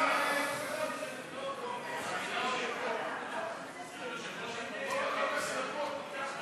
מסדר-היום את הצעת חוק להגדלת שיעור ההשתתפות בכוח